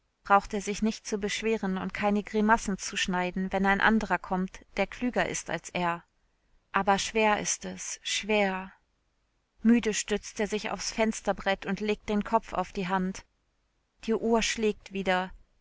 braucht er sich nicht zu beschweren und keine grimassen zu schneiden wenn ein anderer kommt der klüger ist als er aber schwer ist es schwer müde stützt er sich aufs fensterbrett und legt den kopf auf die hand die uhr schlägt wieder